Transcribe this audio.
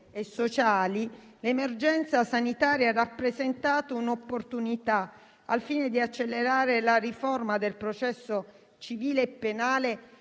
e sociali, l'emergenza sanitaria ha rappresentato un'opportunità al fine di accelerare la riforma del processo civile e penale